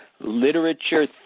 literature